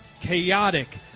chaotic